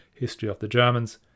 historyofthegermans